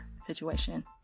situation